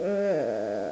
err